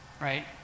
right